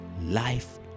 Life